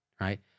right